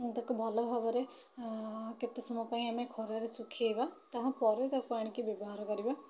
ତାକୁ ଭଲ ଭାବରେ କେତେ ସମୟ ପାଇଁ ଆମେ ଖରାରେ ଶୁଖାଇବା ତାହା ପରେ ତାକୁ ଆଣିକି ବ୍ୟବହାର କରିବା